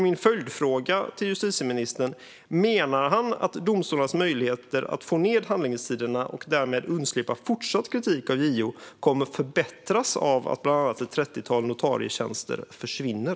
Min följdfråga till justitieministern blir: Menar han att domstolarnas möjligheter att få ned handläggningstiderna och därmed undslippa fortsatt kritik från JO kommer att förbättras av att bland annat ett trettiotal notarietjänster försvinner?